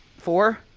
four?